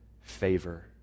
favor